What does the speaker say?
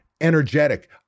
energetic